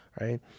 Right